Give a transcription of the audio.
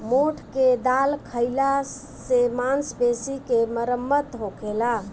मोठ के दाल खाईला से मांसपेशी के मरम्मत होखेला